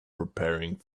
preparing